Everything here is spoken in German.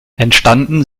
entstanden